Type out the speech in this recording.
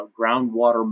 groundwater